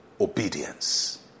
obedience